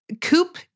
coop